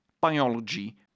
biology